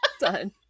Done